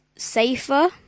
Safer